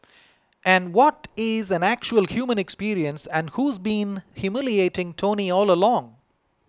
and what is an actual human experience and who's been humiliating Tony all along